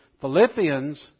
Philippians